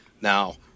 Now